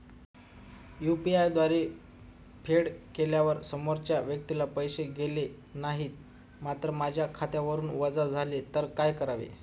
UPI द्वारे फेड केल्यावर समोरच्या व्यक्तीला पैसे गेले नाहीत मात्र माझ्या खात्यावरून वजा झाले तर काय करावे?